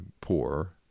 poor